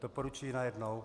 Doporučuji najednou.